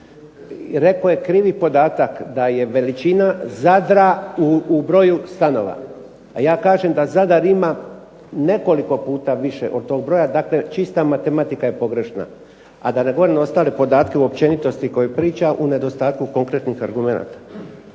Rekao je krivi podatak da je veličina Zadra u broju stanova. Ja kažem da Zadar ima nekoliko puta više od tog broja, dakle čista matematika je pogrešna, a da ne govorim ostale podatke u općenitosti koje priča u nedostatku konkretnih argumenata.